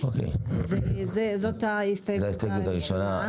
זאת ההסתייגות שלך?